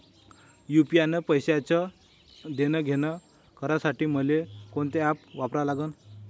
UPI न पैशाचं देणंघेणं करासाठी मले कोनते ॲप वापरा लागन?